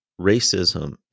racism